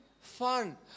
fun